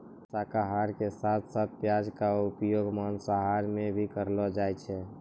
शाकाहार के साथं साथं प्याज के उपयोग मांसाहार मॅ भी करलो जाय छै